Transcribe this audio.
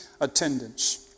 attendance